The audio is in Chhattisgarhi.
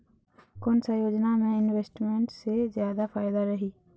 कोन सा योजना मे इन्वेस्टमेंट से जादा फायदा रही?